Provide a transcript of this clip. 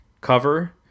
cover